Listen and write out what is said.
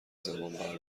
زمانبر